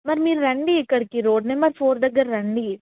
మరి మీరు రండి ఇక్కడికి రోడ్ నెంబర్ ఫోర్ దగ్గర రండి